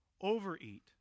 overeat